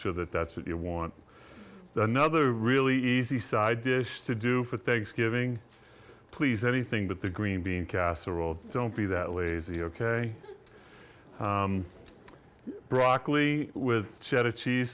sure that that's what you want another really easy side dish to do for thanksgiving please anything but the green bean casserole don't be that lazy ok broccoli with cheddar cheese